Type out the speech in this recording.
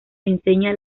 enseña